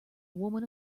woman